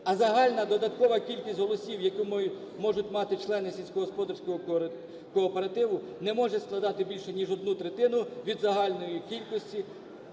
а загальна додаткова кількість голосів, яку можуть мати члени сільськогосподарського кооперативу, не може складати більше, ніж одну третину від загальної кількості